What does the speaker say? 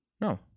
No